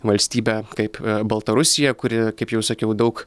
valstybe kaip baltarusija kuri kaip jau sakiau daug